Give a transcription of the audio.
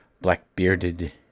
black-bearded